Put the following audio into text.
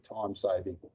time-saving